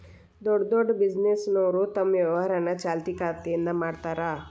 ದೊಡ್ಡ್ ದೊಡ್ಡ್ ಬಿಸಿನೆಸ್ನೋರು ತಮ್ ವ್ಯವಹಾರನ ಚಾಲ್ತಿ ಖಾತೆಯಿಂದ ಮಾಡ್ತಾರಾ